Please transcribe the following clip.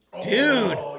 Dude